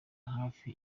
hafi